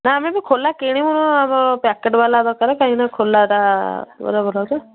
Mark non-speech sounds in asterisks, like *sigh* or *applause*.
ନା ଆମେ ବି ଖୋଲା କିଣିବୁ ନି ପ୍ୟାକେଟ୍ ବାଲା ଦରକାର କାହିଁକି ନା ଖୋଲାଟା *unintelligible*